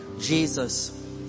Jesus